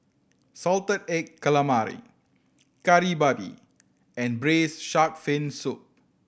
salted egg calamari Kari Babi and Braised Shark Fin Soup